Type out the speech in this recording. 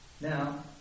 Now